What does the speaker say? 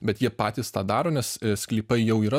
bet jie patys tą daro nes sklypai jau yra